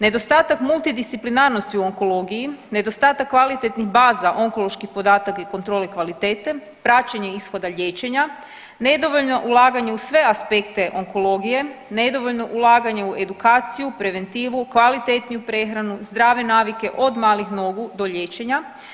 Nedostatak multidisciplinarnosti u onkologiji, nedostatak kvalitetnih baza onkoloških podataka i kontrole kvalitete, praćenje ishoda liječenja, nedovoljno ulaganje u sve aspekte onkologije, nedovoljno ulaganje u edukaciju, preventivu, kvalitetniju prehranu, zdrave navike od malih nogu do liječenja.